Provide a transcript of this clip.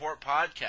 Podcast